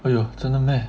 哎哟真的 meh